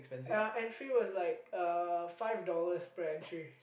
uh entry was like uh five dollars per entry